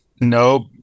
No